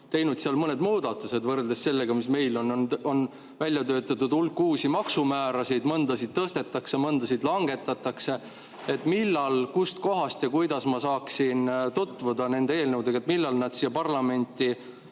teinud mõned muudatused võrreldes sellega, mis meil on. On välja töötatud hulk uusi maksumäärasid, mõnda tõstetakse, mõnda langetatakse. Millal, kus kohas ja kuidas ma saaksin tutvuda nende eelnõudega? Millal nad siia parlamenti